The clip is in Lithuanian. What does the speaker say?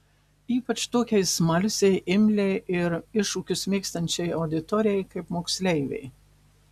ypač tokiai smalsiai imliai ir iššūkius mėgstančiai auditorijai kaip moksleiviai